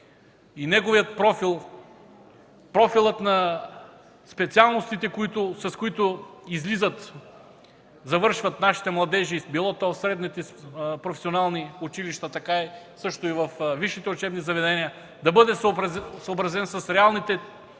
и неговият профил – профилът на специалностите, с които завършват нашите младежи било то в средните професионални училища, така също и във висшите учебни заведения, да бъде съобразен с реалните